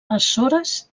açores